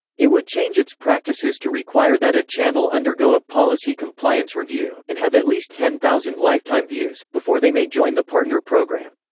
it would change its practices to require that a channel undergo a policy compliance review, and have at least ten thousand lifetime views, before they may join the partner program.